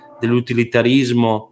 dell'utilitarismo